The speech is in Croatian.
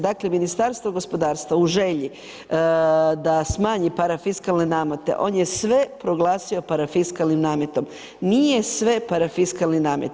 Dakle Ministarstvo gospodarstva u želji da smanji parafiskalne namete, on je sve proglasio parafiskalnim nametom, nije sve parafiskalni namet.